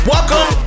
Welcome